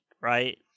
right